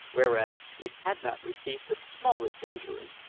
whereas it had not received the smallest injury.